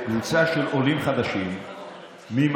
קבוצה של עולים חדשים ממרוקו,